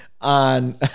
On